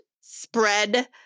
spread